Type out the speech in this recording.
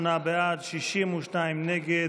בעד, 62 נגד.